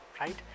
right